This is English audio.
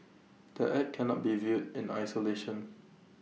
the act cannot be viewed in isolation